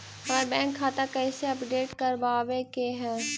हमर बैंक खाता कैसे अपडेट करबाबे के है?